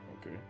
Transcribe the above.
Okay